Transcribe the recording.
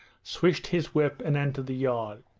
swished his whip and entered the yard.